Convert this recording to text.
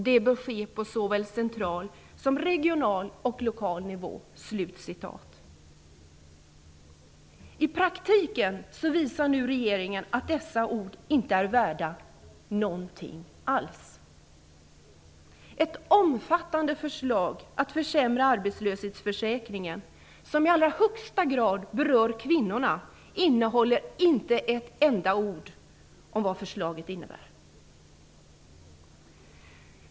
Det bör ske på såväl central som regional och lokal nivå.'' I praktiken visar nu regeringen att dessa ord inte är värda någonting alls. Ett omfattande förslag att försämra arbetslöshetsförsäkringen, som i allra högsta grad berör kvinnorna, innehåller inte ett enda ord om vad förslaget innebär för kvinnor.